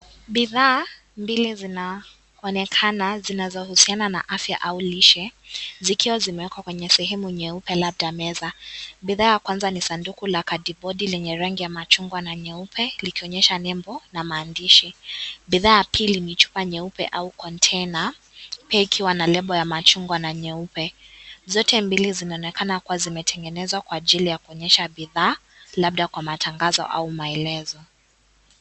Bidhaa mbili zinaonekana zinazohusiana na afya au lishe, zikiwa zimewekwa kwenye sehemu nyeupe labda meza. Bidhaa ya kwanza ni sanduku la kadibodi lenye rangi ya machungwa na nyeupe, likionyesha nembo na maandishi. Bidhaa ya pili ni chupa nyeupe au container pia ikiwa na rangi ya machungwa na nyeupe. Zote mbali zinaonekana kuwa zime zinaonyesha zimeunganishwa kwa ajili ya kuonyesha bidhaa labda kwa matangazo au maelezo.